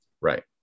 Right